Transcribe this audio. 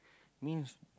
means